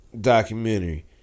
documentary